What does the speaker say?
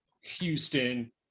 Houston